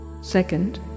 Second